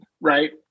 right